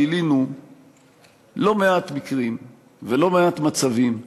גילינו לא מעט מקרים ולא מעט מצבים שבהם,